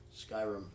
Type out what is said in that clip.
Skyrim